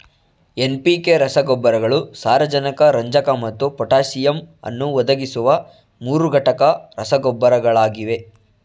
NPK ರಸಗೊಬ್ಬರಗಳು ಸಾರಜನಕ ರಂಜಕ ಮತ್ತು ಪೊಟ್ಯಾಸಿಯಮ್ ಅನ್ನು ಒದಗಿಸುವ ಮೂರುಘಟಕ ರಸಗೊಬ್ಬರಗಳಾಗಿವೆ